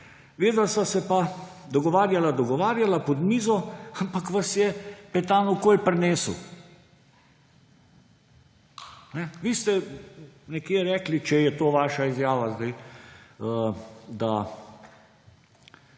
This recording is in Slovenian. vidva sta se pa dogovarjala, dogovarjala pod mizo, ampak vas je Petan okrog prinesel. Vi ste nekje rekli, če je to vaša izjava – da